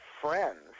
friends